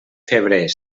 febrer